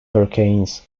hurricanes